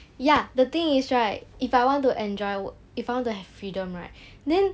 ya the thing is right if I want to enjoy w~ if found to have freedom right then